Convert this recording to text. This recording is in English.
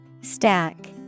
Stack